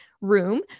room